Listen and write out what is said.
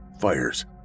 fires